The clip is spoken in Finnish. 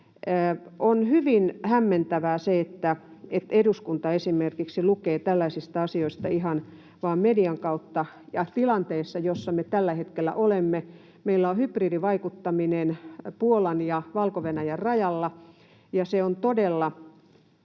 On hyvin hämmentävää se, että esimerkiksi eduskunta lukee tällaisista asioista ihan vain median kautta ja tilanteessa, jossa me tällä hetkellä olemme. Meillä on hybridivaikuttaminen Puolan ja Valko-Venäjän rajalla, ja se on todella